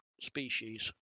species